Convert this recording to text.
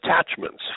attachments